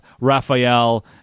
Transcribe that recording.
Raphael